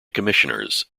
commissioners